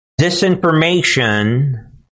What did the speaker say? disinformation